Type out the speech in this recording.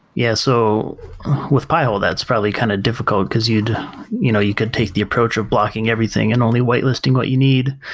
yeah. so with pi-hole, that's probably kind of difficult, because you you know you can take the approach of blocking everything and only white listing what you need,